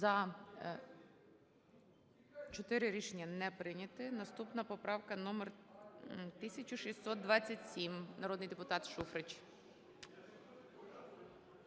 За-8 Рішення не прийняте. Наступна поправка - номер 1636. Народний депутат Шуфрич,